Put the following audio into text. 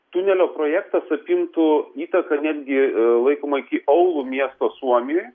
tunelio projektas apimtų įtaka netgi laikoma iki oulu miesto suomijoj